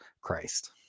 christ